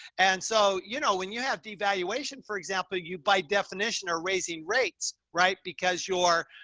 and so, you know, and you have devaluation, for example, you, by definition are raising rates, right? because your,